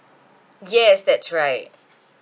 yes that's right